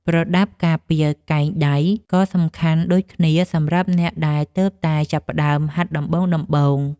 ប្រដាប់ការពារកែងដៃ ក៏សំខាន់ដូចគ្នាសម្រាប់អ្នកដែលទើបតែចាប់ផ្ដើមហាត់ដំបូងៗ។